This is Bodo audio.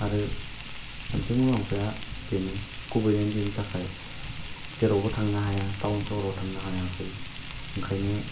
आरो मोनसे मुलाम्फाया बेनो कभिड नाइन्टिननि थाखाय जेरावबो थांनो हाया टावन सहराव थांनो हायाखै ओंखायनो